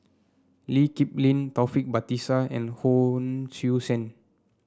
Lee Kip Lin Taufik Batisah and Hon Sui Sen